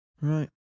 Right